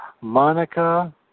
Monica